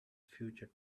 future